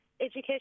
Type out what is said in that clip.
education